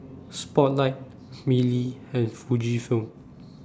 Spotlight Mili and Fujifilm